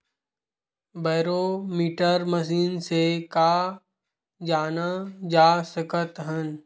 Barometer machine से का जाना जा सकत हे?